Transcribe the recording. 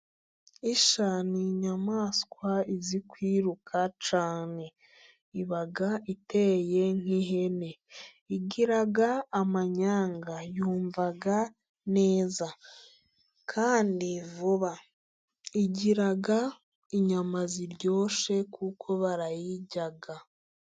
Isha ni inyamaswa izi kwiruka cyane, iba iteye nk'ihene, igira amanyanga, yumva neza kandi vuba, igira inyama ziryoshye kuko barayirya.